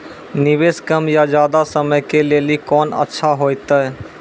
निवेश कम या ज्यादा समय के लेली कोंन अच्छा होइतै?